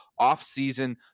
offseason